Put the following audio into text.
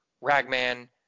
Ragman